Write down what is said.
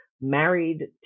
married